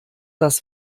das